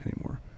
anymore